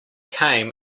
came